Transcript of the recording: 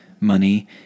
money